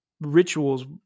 rituals